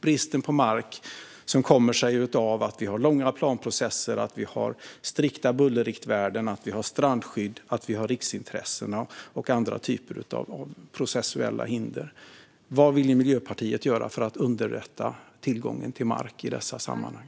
Denna brist kommer sig av att vi har långa planprocesser, strikta bullerriktvärden, strandskydd, riksintressen och andra typer av processuella hinder. Vad vill Miljöpartiet göra för att underlätta tillgången till mark i dessa sammanhang?